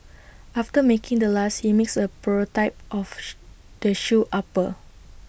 after making the last he makes A prototype of the shoe upper